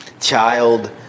child